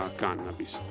cannabis